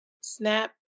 snap